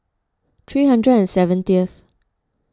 three hundred and seventieth